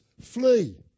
flee